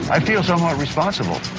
i feel somewhat responsible